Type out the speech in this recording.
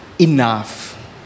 enough